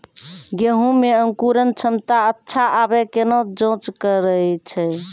गेहूँ मे अंकुरन क्षमता अच्छा आबे केना जाँच करैय छै?